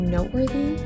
Noteworthy